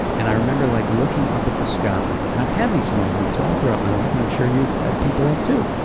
and i remember like looking up at the sky, and i've had these moments, all throughout my life, and i'm sure ah people have too.